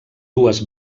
dues